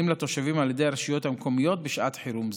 לתושבים על ידי הרשויות המקומיות בשעת חירום זו.